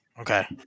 Okay